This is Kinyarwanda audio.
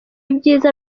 ibyiza